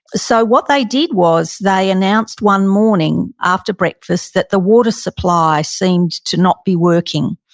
so what they did was they announced one morning, after breakfast, that the water supply seemed to not be working.